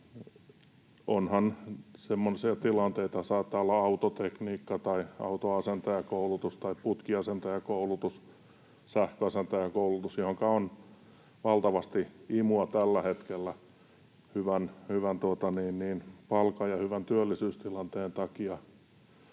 Onhan sellaisia tilanteita, että saattaa olla autotekniikka- tai autoasentajakoulutus, putkiasentajakoulutus tai sähköasentajakoulutus, joihinka on valtavasti imua tällä hetkellä hyvän palkan ja hyvän työllisyystilanteen takia,